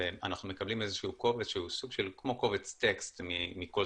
ואנחנו מקבלים איזשהו קובץ שהוא כמו קובץ טקסט מכל